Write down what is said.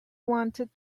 wanted